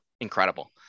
Incredible